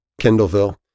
Kendallville